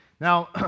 Now